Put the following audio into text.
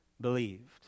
believed